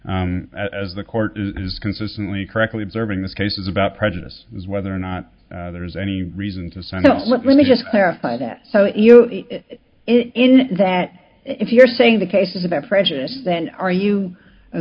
claim as the court is consistently correctly observing this case is about prejudice is whether or not there is any reason to send let me just clarify that so in that if you're saying the case is about prejudice then are you a